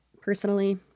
personally